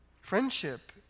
Friendship